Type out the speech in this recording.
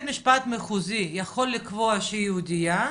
משפט מחוזי יכול לקבוע שהיא יהודייה,